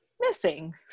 missing